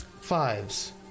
fives